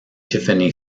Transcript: tiffany